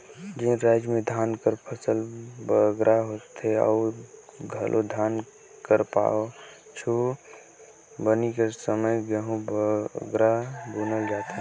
जेन राएज में धान कर फसिल बगरा होथे उहां घलो धान कर पाछू रबी कर समे गहूँ बगरा बुनल जाथे